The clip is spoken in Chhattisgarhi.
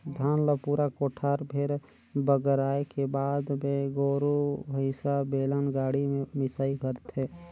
धान ल पूरा कोठार भेर बगराए के बाद मे गोरु भईसा, बेलन गाड़ी में मिंसई करथे